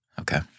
Okay